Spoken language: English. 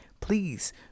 please